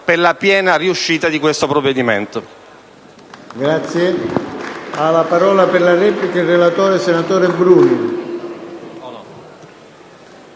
grazie.